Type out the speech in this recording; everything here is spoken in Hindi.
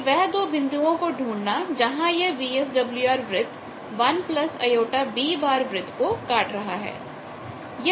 फिर वह दो बिंदुओं को ढूंढना जहां यह VSWR वृत्त 1 jBवृत्त को काट रहा है